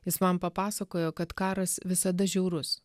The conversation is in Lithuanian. jis man papasakojo kad karas visada žiaurus